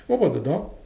what about the dog